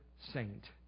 saint